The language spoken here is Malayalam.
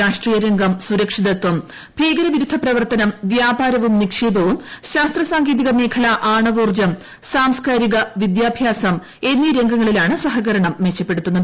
രാഷ്ട്രീയ രംഗം സുരക്ഷിതത്വം ഭീകരവിരുദ്ധപ്രവർത്തനം വ്യാപാരവും നിക്ഷേപവും ശാസ്ത്രസാങ്കേതിക മേഖല ആണവോർജ്ജം സാംസ്കാരിക വിദ്യാഭ്യാസം എന്നീ രംഗങ്ങളിലാണ് സഹകരണം മെച്ചപ്പെടുത്തുന്നത്